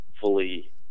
fully